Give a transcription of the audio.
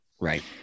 Right